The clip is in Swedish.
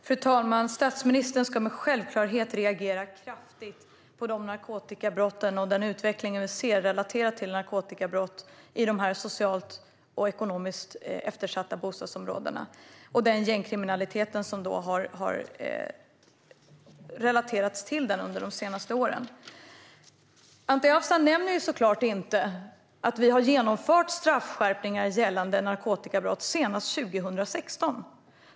Fru talman! Statsministern ska med självklarhet reagera kraftigt på narkotikabrotten och den utveckling som vi ser är relaterad till narkotikabrott i de socialt och ekonomiskt eftersatta bostadsområdena. Det gäller också den gängkriminalitet som har relaterats till detta under de senaste åren. Anti Avsan nämner såklart inte att vi har genomfört straffskärpningar gällande narkotikabrott, senast 2016.